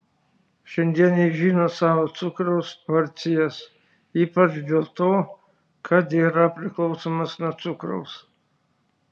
šiandien jis žino savo cukraus porcijas ypač dėl to kad yra priklausomas nuo cukraus